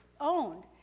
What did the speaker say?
owned